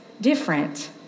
different